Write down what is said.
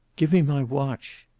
give me my watch.